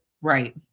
Right